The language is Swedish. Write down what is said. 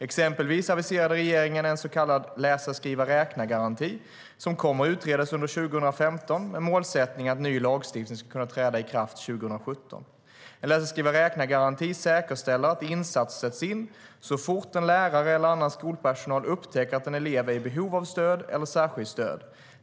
Exempelvis aviserar regeringen att en så kallad läsa-skriva-räkna-garanti som kommer att utredas under 2015 med målsättningen att ny lagstiftning ska kunna träda i kraft under 2017. En läsa-skriva-räkna-garanti säkerställer att insatser sätts in så fort en lärare eller annan skolpersonal upptäcker att en elev är i behov av stöd eller särskilt stöd.